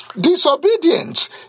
Disobedience